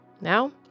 Now